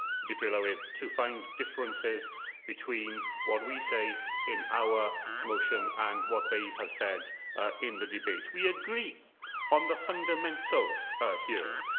dirprwy lywydd, to find differences between what we say in our motion and what they have said in the debate. we agree on the fundamentals here,